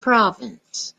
province